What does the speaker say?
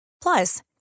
Plus